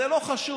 זה לא חשוב.